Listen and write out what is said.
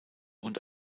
und